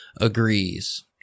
agrees